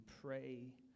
pray